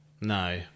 No